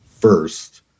first